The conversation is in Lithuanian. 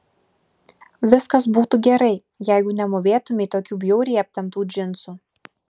viskas būtų gerai jeigu nemūvėtumei tokių bjauriai aptemptų džinsų